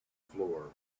floor